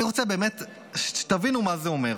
אני רוצה שתבינו מה זה אומר,